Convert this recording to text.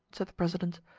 said the president,